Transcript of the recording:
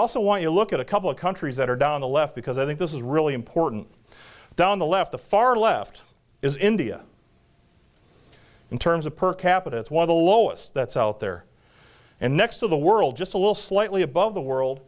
also want to look at a couple of countries that are down the left because i think this is really important down the left the far left is india in terms of per capita it's one of the lowest that's out there and next to the world just a little slightly above the world